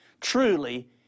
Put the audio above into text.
Truly